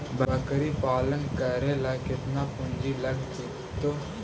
बकरी पालन करे ल केतना पुंजी लग जितै?